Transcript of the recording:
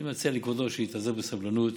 אני מציע לכבודו שיתאזר בסבלנות.